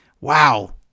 Wow